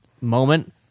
moment